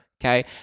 okay